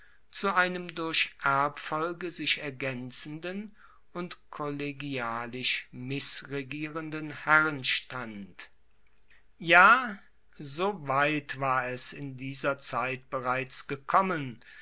zu einem durch erbfolge sich ergaenzenden und kollegialisch missregierenden herrenstand ja so weit war es in dieser zeit bereits gekommen